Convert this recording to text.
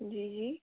जी जी